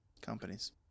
companies